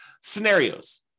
scenarios